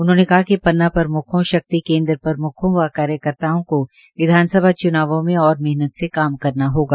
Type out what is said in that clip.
उन्होंने कहा कि पन्ना प्रमुखों शक्ति केन्द्र प्रमुखों व कार्यकर्ताओं को विधानसभा च्नावों में ओर मेहनत से काम करना होगा